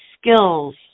skills